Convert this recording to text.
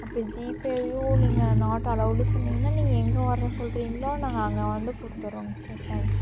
அப்படி ஜிபேவியும் நீங்கள் நாட் அலோடு சொன்னீங்கன்னால் நீங்கள் எங்கே வர சொல்றீங்களோ நாங்கள் அங்கே வந்து கொடுத்துறோங்க சார் தேங்க்யூ